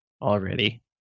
already